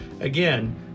Again